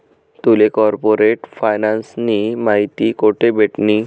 तुले कार्पोरेट फायनान्सनी माहिती कोठे भेटनी?